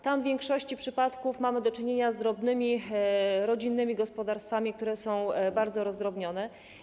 Tam w większości przypadków mamy do czynienia z rodzinnymi gospodarstwami, które są bardzo rozdrobnione.